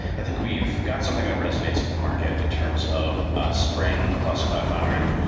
i think we've got something that resonates with the market in terms of ah spring plus cloud foundry.